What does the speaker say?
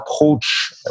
approach